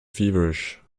feverish